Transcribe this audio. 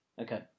Okay